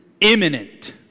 imminent